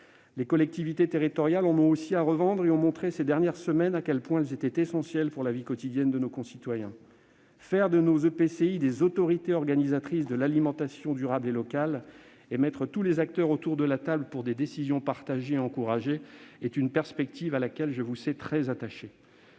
Les collectivités territoriales, elles aussi, ont de la volonté à revendre. Elles ont montré, ces dernières semaines, à quel point elles étaient essentielles pour la vie quotidienne de nos concitoyens. Faire de nos EPCI des autorités organisatrices de l'alimentation durable et locale, et réunir tous les acteurs autour de la table pour prendre des décisions partagées et encouragées constitue une perspective à laquelle je vous sais très attaché.